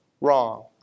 wrong